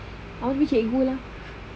I want to be cikgu lah